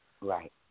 Right